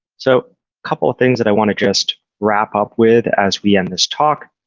so couple of things that i want to just wrap up with as we end this talk.